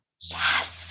Yes